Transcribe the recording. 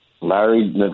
Larry